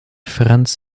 franz